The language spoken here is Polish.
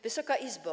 Wysoka Izbo!